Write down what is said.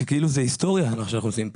זו היסטוריה מה שאנחנו עושים פה.